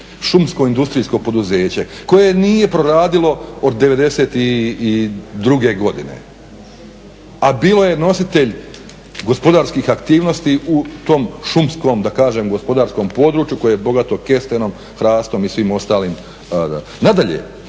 Šumsko industrijsko poduzeće koje nije proradilo od '92. godine a bilo je nositelj gospodarskih aktivnosti u tom šumskom da kažem gospodarskom području koje je bogato kestenom, hrastom i svim ostalim. Nadalje,